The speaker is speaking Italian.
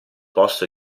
posto